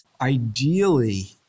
Ideally